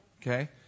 Okay